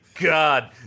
God